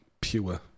pure